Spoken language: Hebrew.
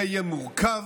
זה יהיה מורכב,